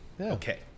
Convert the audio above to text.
Okay